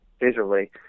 visually